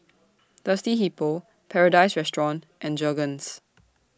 Thirsty Hippo Paradise Restaurant and Jergens